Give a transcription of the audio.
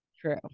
True